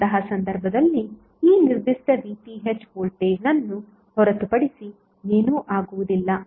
ಅಂತಹ ಸಂದರ್ಭದಲ್ಲಿ ಈ ನಿರ್ದಿಷ್ಟ VThವೋಲ್ಟೇಜ್ ನನ್ನು ಹೊರತುಪಡಿಸಿ ಏನೂ ಆಗುವುದಿಲ್ಲ